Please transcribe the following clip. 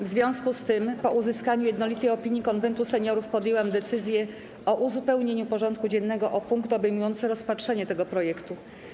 W związku z tym, po uzyskaniu jednolitej opinii Konwentu Seniorów, podjęłam decyzję o uzupełnieniu porządku dziennego o punkt obejmujący rozpatrzenie tego projektu.